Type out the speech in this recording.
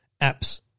apps